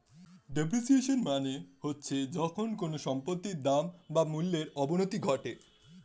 depreciation মানে হচ্ছে যখন কোনো সম্পত্তির দাম বা মূল্যর অবনতি ঘটে